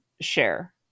share